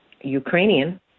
Ukrainian